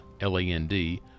L-A-N-D